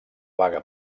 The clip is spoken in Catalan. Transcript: vaga